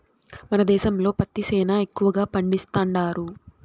మన దేశంలో పత్తి సేనా ఎక్కువగా పండిస్తండారు